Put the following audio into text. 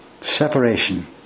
Separation